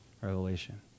revelation